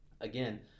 again